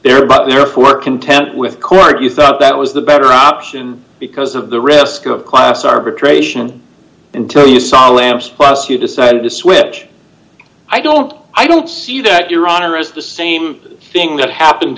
but there were content with court you thought that was the better option because of the risk of class arbitration until you sol amps plus you decided to switch i don't i don't see that your honor is the same thing that happened